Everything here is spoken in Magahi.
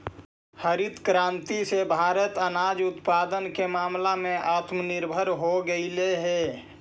हरित क्रांति से भारत अनाज उत्पादन के मामला में आत्मनिर्भर हो गेलइ हे